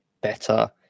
better